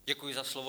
Děkuji za slovo.